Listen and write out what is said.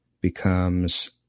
becomes